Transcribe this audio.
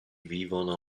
vivono